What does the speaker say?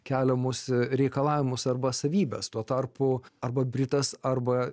keliamus reikalavimus arba savybes tuo tarpu arba britas arba